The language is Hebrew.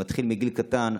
שמתחיל מגיל קטן,